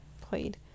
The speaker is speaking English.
played